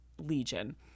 Legion*